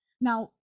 Now